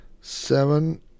seven